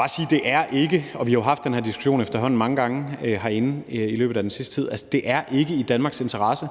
altså ikke er i Danmarks interesse